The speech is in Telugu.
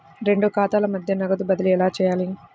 రెండు ఖాతాల మధ్య నగదు బదిలీ ఎలా చేయాలి?